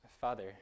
Father